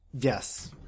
yes